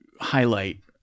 highlight